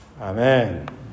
Amen